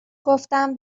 گفتم